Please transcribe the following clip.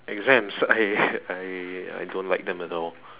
exams I I I don't like them at all